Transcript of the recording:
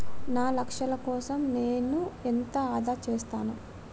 నా లక్ష్యాల కోసం నేను ఎంత ఆదా చేస్తాను?